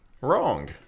Wrong